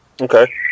Okay